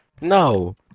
No